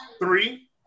three